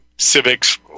civics